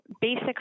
basic